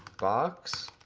box,